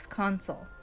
console